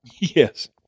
Yes